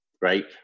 right